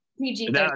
pg